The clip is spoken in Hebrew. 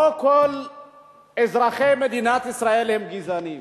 שלא כל אזרחי מדינת ישראל הם גזענים.